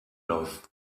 love